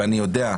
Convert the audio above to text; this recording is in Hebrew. ואני יודע,